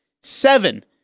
Seven